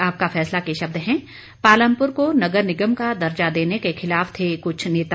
आपका फैसला के शब्द हैं पालमपुर को नगर निगम का दर्जा देने के खिलाफ थे कुछ नेता